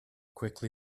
quickly